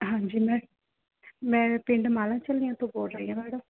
ਹਾਂਜੀ ਮੈਂ ਮੈਂ ਪਿੰਡ ਮਾਲਣ ਝੱਲੀਆਂ ਤੋਂ ਬੋਲ ਰਹੀ ਹਾਂ ਮੈਡਮ